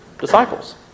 disciples